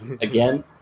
again